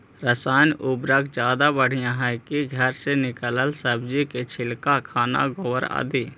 रासायन उर्वरक ज्यादा बढ़िया हैं कि घर से निकलल सब्जी के छिलका, खाना, गोबर, आदि?